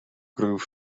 groove